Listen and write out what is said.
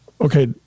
Okay